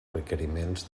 requeriments